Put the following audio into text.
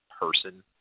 person